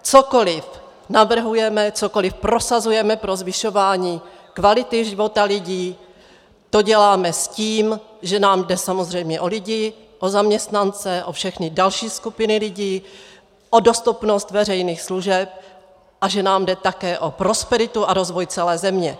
Cokoliv navrhujeme, cokoliv prosazujeme pro zvyšování kvality života lidí, to děláme s tím, že nám jde samozřejmě o lidi, o zaměstnance, o všechny další skupiny lidí, o dostupnost veřejných služeb a že nám jde také o prosperitu a rozvoj celé země.